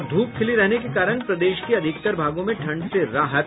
और धूप खिली रहने के कारण प्रदेश के अधिकतर भागों में ठंड से राहत